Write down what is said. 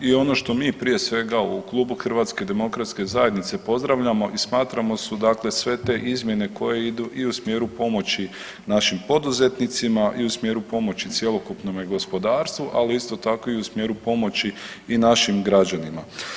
I ono što mi prije svega u Klubu HDZ-a pozdravljamo i smatramo su dakle sve te izmjene koje idu i u smjeru pomoći našim poduzetnicima i u smjeru pomoći cjelokupnom gospodarstvu, ali isto tako i u smjeru pomoći i našim građanima.